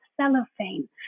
cellophane